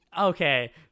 Okay